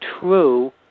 true